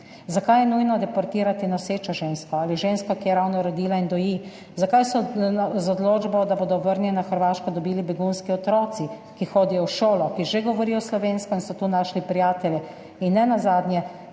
Zakaj je nujno deportirati nosečo žensko ali žensko, ki je ravno rodila in doji? Zakaj so odločbo, da bodo vrnjeni na Hrvaško, dobili begunski otroci, ki hodijo v šolo, ki že govorijo slovensko in so tu našli prijatelje? Zakaj